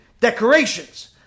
decorations